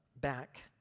back